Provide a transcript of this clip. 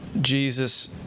Jesus